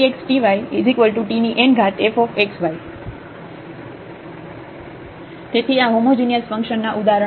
f tx tytn f x y તેથી આ homogeneous function ના ઉદાહરણ છે